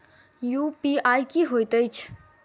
UPI की होइत अछि